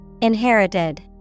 Inherited